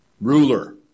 ruler